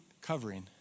covering